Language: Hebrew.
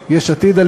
יש עתיד,